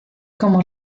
como